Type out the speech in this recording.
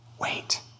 Wait